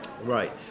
Right